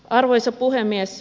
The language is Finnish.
arvoisa puhemies